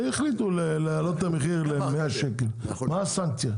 החליטו להעלות את המחיר ל-100 שקל, מה הסנקציה?